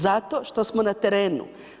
Zato što smo na terenu.